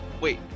Wait